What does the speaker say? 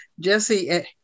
Jesse